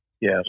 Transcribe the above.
Yes